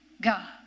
God